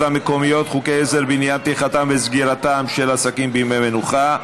המקומיות (חוקי עזר בעניין פתיחתם וסגירתם של עסקים בימי מנוחה),